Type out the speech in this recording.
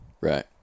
Right